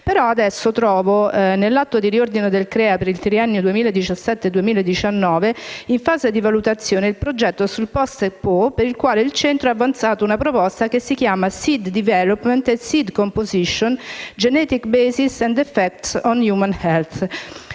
Trovo adesso, nell'atto di riordino del CREA per il triennio 2017-2019, in fase di valutazione il progetto sul post-Expo, per il quale il centro ha avanzato una proposta che si chiama «Seed development and seed composition: genetic bases and effects on human health».